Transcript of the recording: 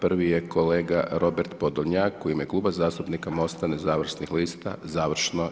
Prvi je kolega Robert Podolnjak u ime Kluba zastupnika MOSTA nezavisnih lista, završno.